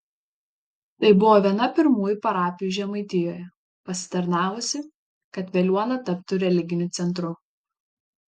tai buvo viena pirmųjų parapijų žemaitijoje pasitarnavusi kad veliuona taptų religiniu centru